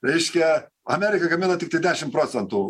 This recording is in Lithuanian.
reiškia amerika gamina tiktai dešim procentų